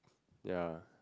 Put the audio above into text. ya